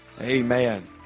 amen